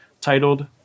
titled